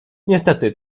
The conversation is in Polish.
niestety